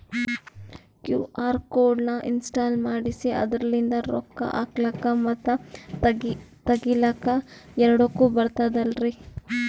QR code ನ install ಮಾಡೆಸಿ ಅದರ್ಲಿಂದ ರೊಕ್ಕ ಹಾಕ್ಲಕ್ಕ ಮತ್ತ ತಗಿಲಕ ಎರಡುಕ್ಕು ಬರ್ತದಲ್ರಿ?